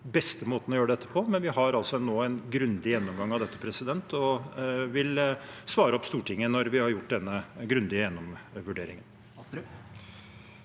beste måten å gjøre dette på. Men vi har altså nå en grundig gjennomgang av dette og vil svare Stortinget når vi har gjort denne grundige vurderingen.